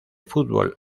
fútbol